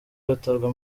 batabwa